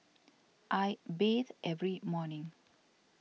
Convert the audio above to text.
I bathe every morning